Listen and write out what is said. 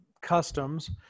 customs